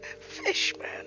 Fishman